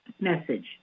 message